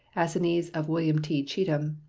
assignees of william t. cheatham,